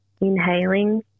inhaling